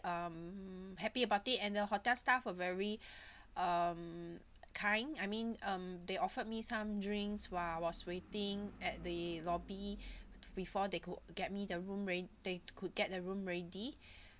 um happy about it and the hotel staff were very um kind I mean um they offered me some drinks while I was waiting at the lobby before they could get me the room rea~ they could get the room ready